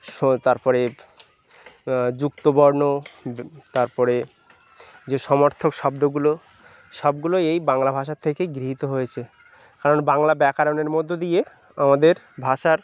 সে তার পরে যুক্ত বর্ণ তার পরে যে সমার্থক শব্দগুলো সবগুলো এই বাংলা ভাষা থেকেই গৃহীত হয়েছে কারণ বাংলা ব্যাকরণের মধ্য দিয়ে আমাদের ভাষার